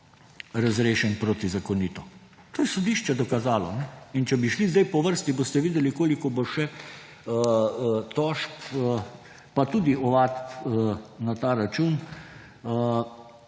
razrešen protizakonito. To je sodišče dokazalo. In če bi šli sedaj po vrsti, boste videli, koliko bo še tožb pa tudi ovadb na ta račun